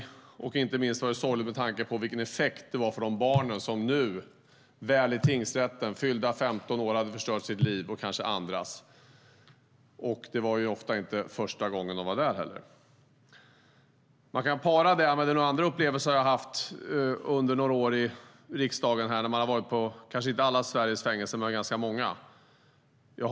Det var inte minst sorgligt med tanke på vilken effekt det hade på de barn som hade fyllt 15 år och hamnat i tingsrätten. De hade förstört sina liv och kanske andras. Ofta var det inte heller första gången de var där. Detta kan kombineras med ytterligare upplevelser som jag har haft under mina år i riksdagen. Jag har varit, kanske inte på alla Sveriges fängelser, men jag har varit på ganska många.